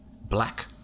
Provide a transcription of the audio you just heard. black